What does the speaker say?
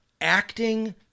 acting